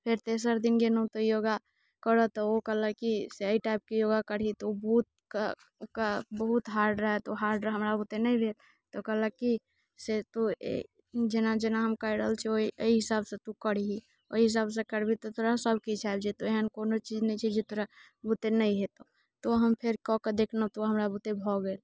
फेर तेसर दिन गेलहुँ तऽ योगा करऽ तऽ ओ कहलक कि से एहि टाइपके योगा करही तऽ ओ बहुत हार्ड रहै तऽ ओ हार्ड हमरा बुते नहि भेल तऽ ओ कहलक कि से तू जेना जेना हम करि रहल छियौ एहि हिसाब से तू करही ओहि हिसाब से करभी तऽ तोरा सभ किछु आबि जयतहुँ एहन कोनो चीज नहि छै जे तोरा बुते नहि होयतहुँ तऽ हम फेर कऽके देखलहुँ तऽ हमरा बुते भऽ गेल